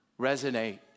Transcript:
resonate